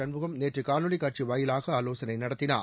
சண்முகம் நேற்று காணொலிக் காட்சி வாயிலாக ஆலோசனை நடத்தினார்